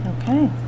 Okay